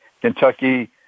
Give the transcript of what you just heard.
Kentucky